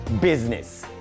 business